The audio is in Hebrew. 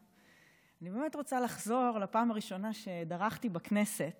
אני באמת רוצה לחזור לפעם הראשונה שדרכתי בכנסת